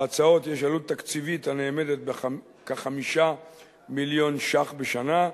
להצעות יש עלות תקציבית הנאמדת ב-5 מיליון ש"ח בשנה,